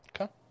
Okay